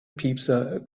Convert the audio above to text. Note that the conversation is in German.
piepser